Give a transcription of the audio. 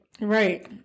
Right